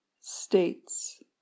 states